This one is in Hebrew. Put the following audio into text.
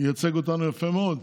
הוא מייצג אותנו יפה מאוד.